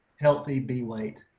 healthy bee weight?